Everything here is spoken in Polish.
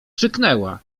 krzyknęła